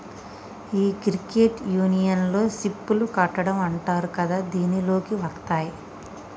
ఈ క్రెడిట్ యూనియన్లో సిప్ లు కట్టడం అంటారు కదా దీనిలోకి వత్తాయి